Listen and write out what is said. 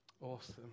Awesome